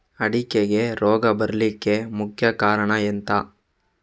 ಅಡಿಕೆಗೆ ರೋಗ ಬರ್ಲಿಕ್ಕೆ ಮುಖ್ಯ ಕಾರಣ ಎಂಥ?